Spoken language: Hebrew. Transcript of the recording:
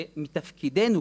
שמתפקידנו,